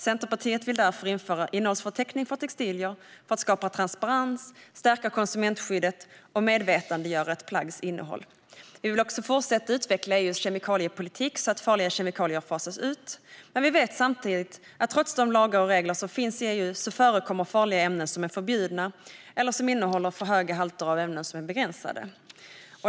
Centerpartiet vill därför införa en innehållsförteckning för textilier för att skapa transparens, stärka konsumentskyddet och skapa medvetenhet om ett plaggs innehåll. Vi vill också fortsätta att utveckla EU:s kemikaliepolitik så att farliga kemikalier fasas ut. Vi vet samtidigt att trots de lagar och regler som finns i EU förekommer farliga ämnen som är förbjudna eller för höga halter av ämnen som är begränsade.